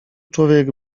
człowiek